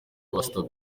pastor